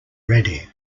ready